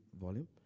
volume